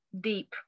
deep